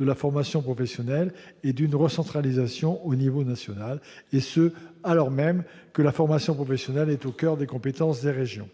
de la formation professionnelle et d'une recentralisation à l'échelon national, et ce alors même que la formation professionnelle est au coeur des compétences des régions.